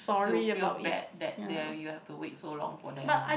to feel bad that there you have to wait so long for them